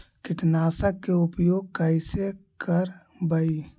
कीटनाशक के उपयोग कैसे करबइ?